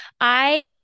I-